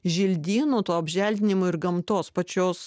želdynų to apželdinimo ir gamtos pačios